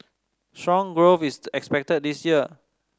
strong growth is expected this year